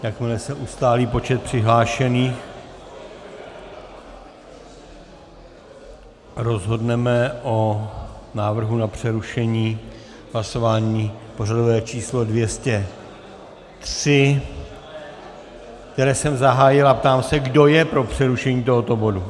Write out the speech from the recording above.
Jakmile se ustálí počet přihlášených, rozhodneme o návrhu na přerušení v hlasování pořadové číslo 203, které jsem zahájil, a ptám se, kdo je pro přerušení tohoto bodu.